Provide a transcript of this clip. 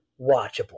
watchable